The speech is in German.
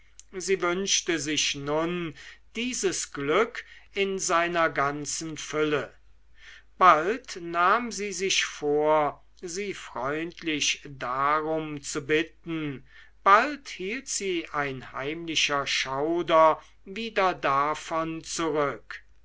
sie wünschte sich nun dieses glück in seiner ganzen fülle bald nahm sie sich vor sie freundlich darum zu bitten bald hielt sie ein heimlicher schauder wieder davon zurück